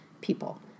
people